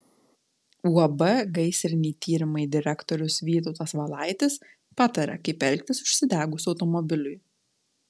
uab gaisriniai tyrimai direktorius vytautas valaitis pataria kaip elgtis užsidegus automobiliui